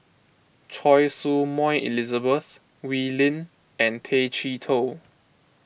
Choy Su Moi Elizabeth Wee Lin and Tay Chee Toh